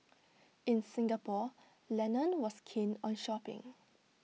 in Singapore Lennon was keen on shopping